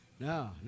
No